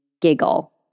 giggle